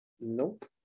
Nope